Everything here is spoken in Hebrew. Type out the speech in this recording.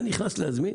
אתה נכנס להזמין